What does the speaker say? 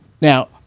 Now